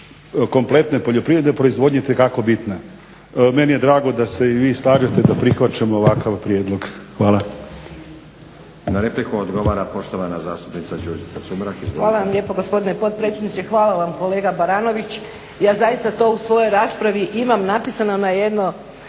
kompletne poljoprivredne proizvodnje itekako bitna. Meni je drago da se i vi slažete da prihvaćamo ovakav prijedlog. Hvala. **Stazić, Nenad (SDP)** Na repliku odgovara poštovana zastupnica Đurđica Sumrak. Izvolite. **Sumrak, Đurđica (HDZ)** Hvala vam lijepo gospodine potpredsjedniče. Hvala vam kolega Baranović, ja zaista to u svojoj raspravi imam napisano na jedno